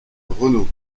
renault